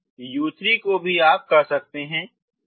अब u3 को भी आप कर सकते हैं